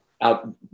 out